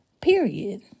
period